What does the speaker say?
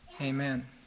amen